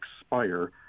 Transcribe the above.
expire